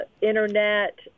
internet